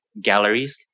galleries